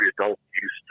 adult-use